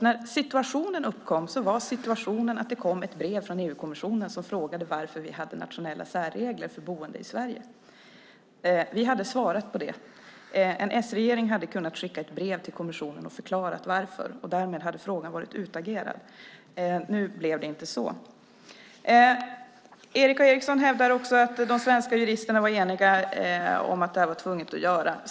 När situationen uppkom var det så att det kom ett brev från EU-kommissionen där man frågade varför vi hade nationella särregler för boende i Sverige. Vi hade svarat på det. En s-regering hade kunnat skicka ett brev till kommissionen och förklara varför, och därmed hade frågan varit utagerad. Nu blev det inte så. Erik A Eriksson hävdar också att de svenska juristerna var eniga om att det var tvunget att göra detta.